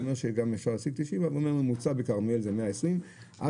הוא אומר שגם אפשר להשיג 90 אבל הממוצע בכרמיאל זה 120 עד